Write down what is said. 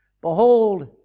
behold